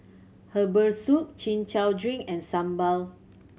herbal soup Chin Chow drink and sambal